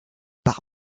par